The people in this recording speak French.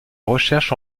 recherche